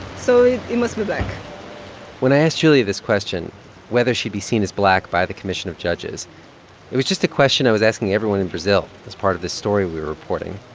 so it it must be black when i asked julia this question whether she'd be seen as black by the commission of judges it was just a question i was asking everyone in brazil as part of this story we were reporting.